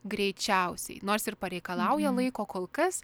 greičiausiai nors ir pareikalauja laiko kol kas